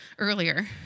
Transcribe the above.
earlier